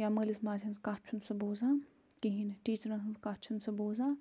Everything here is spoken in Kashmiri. یا مٲلِس ماجہِ ہنٛز کَتھ چھُنہٕ سُہ بوزان کِہیٖنۍ نہٕ ٹیٖچرَن ہنٛز کَتھ چھُنہٕ سُہ بوزان